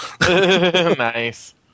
Nice